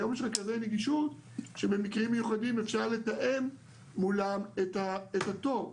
היום יש רכזי נגישות שבמקרים מיוחדים אפשר לתאם מולם את התור.